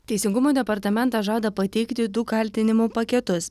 teisingumo departamentas žada pateikti du kaltinimų paketus